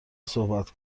صحبت